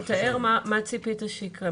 תתאר מה ציפית שיקרה.